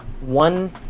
one